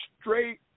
straight